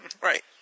Right